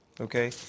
okay